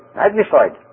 magnified